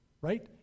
right